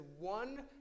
one